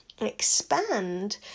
expand